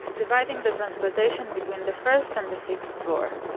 dividing the transportation between the first and the sixth floor.